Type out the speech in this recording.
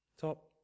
Top